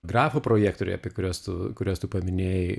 grafo projektoriuje apie kurias kurias tu paminėjai